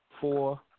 four